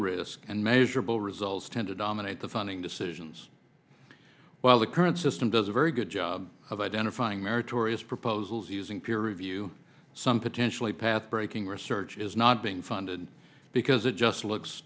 risk and measurable results tend to dominate the funding decisions while the current system does a very good job of identifying meritorious proposals using peer review some potentially path breaking research is not being funded because it just looks